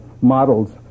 models